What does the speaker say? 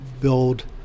build